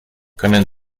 können